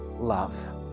love